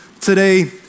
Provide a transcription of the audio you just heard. today